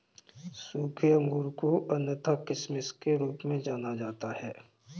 सूखे अंगूर को अन्यथा किशमिश के रूप में जाना जाता है